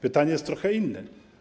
Pytanie jest trochę inne.